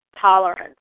tolerance